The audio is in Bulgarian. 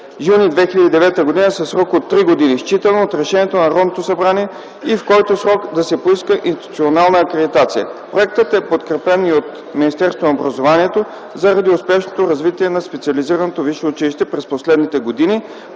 юни 2009 г., със срок от три години, считано от Решението на Народното събрание и в който срок да се поиска институционална акредитация. Проектът е подкрепен и от Министерство на образованието, младежта и науката заради успешното развитие на специализираното висше училище през последните години,